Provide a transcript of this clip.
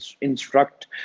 instruct